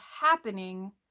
happening